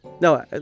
No